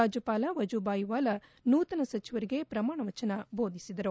ರಾಜ್ಲಪಾಲ ವಜೂಬಾಯಿ ವಾಲಾ ನೂತನ ಸಚಿವರಿಗೆ ಪ್ರಮಾಣ ವಚನ ಬೋಧಿಸಿದರು